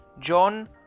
John